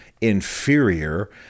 inferior